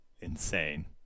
insane